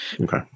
Okay